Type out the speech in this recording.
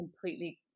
completely